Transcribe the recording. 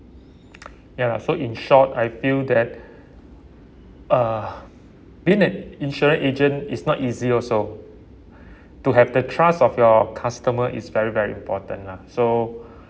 ya so in short I feel that uh admit it insurance agent is not easy also to have the trust of your customer is very very important lah so